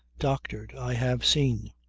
doctored! i have seen.